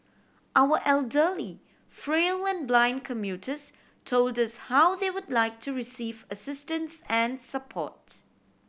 our elderly frail and blind commuters told us how they would like to receive assistance and support